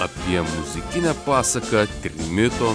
apie muzikinę pasaką trimito